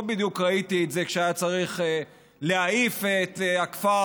לא בדיוק ראיתי את זה כשהיה צריך להעיף את הכפר